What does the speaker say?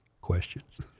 Questions